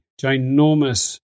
ginormous